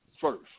first